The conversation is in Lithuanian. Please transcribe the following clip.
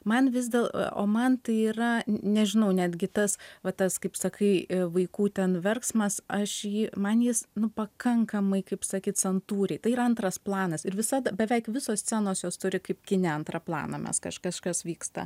man vis dėl o man tai yra nežinau netgi tas va tas kaip sakai vaikų ten verksmas aš jį man jis nu pakankamai kaip sakyt santūriai tai yra antras planas ir visad beveik visos scenos jos turi kaip kine antrą planą nes kažka kažkas vyksta